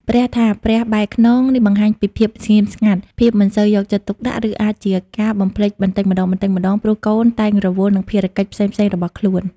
ពាក្យថា "ព្រះបែរខ្នង" នេះបង្ហាញពីភាពស្ងៀមស្ងាត់ ភាពមិនសូវយកចិត្តទុកដាក់ ឬអាចជាការបំភ្លេចបន្តិចម្ដងៗ ព្រោះកូនតែងរវល់នឹងភារកិច្ចផ្សេងៗរបស់ខ្លួន។